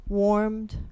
warmed